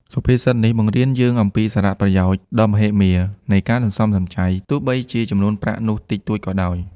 សុភាសិតនេះបង្រៀនយើងអំពីសារៈប្រយោជន៍ដ៏មហិមានៃការសន្សំសំចៃ ទោះបីជាចំនួនប្រាក់នោះតិចតួចក៏ដោយ។